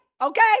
okay